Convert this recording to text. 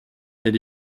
elle